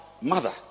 mother